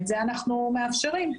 את זה אנו מאפשרים.